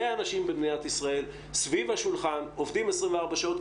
טובי האנשים במדינת ישראל סביב השולחן עובדים 24 שעות,